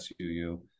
SUU